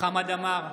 חמד עמאר,